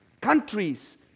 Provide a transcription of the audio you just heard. countries